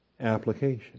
application